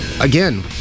again